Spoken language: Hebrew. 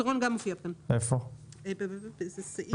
גם טרקטורון מופיע כאן.